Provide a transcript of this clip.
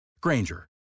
Granger